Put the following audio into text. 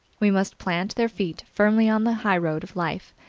we must plant their feet firmly on the highroad of life,